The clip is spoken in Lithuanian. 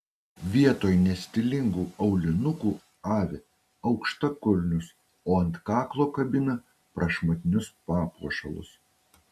vietoj nestilingų aulinukų avi aukštakulnius o ant kaklo kabina prašmatnius papuošalus